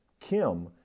Kim